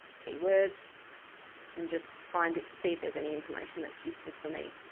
keywords and just find it, see if there's any information that's useful for me.